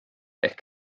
ehk